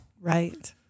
Right